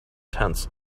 tents